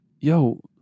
yo